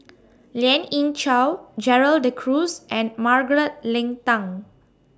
Lien Ying Chow Gerald De Cruz and Margaret Leng Tan